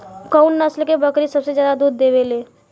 कउन नस्ल के बकरी सबसे ज्यादा दूध देवे लें?